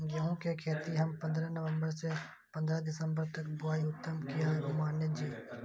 गेहूं के खेती हम पंद्रह नवम्बर से पंद्रह दिसम्बर तक बुआई उत्तम किया माने जी?